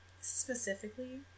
specifically